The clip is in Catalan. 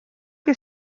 que